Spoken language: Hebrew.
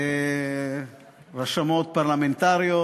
רשמות פרלמנטריות,